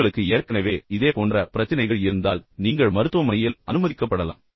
உங்களுக்கு ஏற்கனவே இதே போன்ற பிரச்சினைகள் இருந்ததால் நீங்கள் மருத்துவமனையில் அனுமதிக்கப்படலாம்